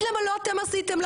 אז למה לא אתם עשיתם?